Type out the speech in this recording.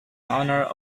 honor